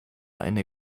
eine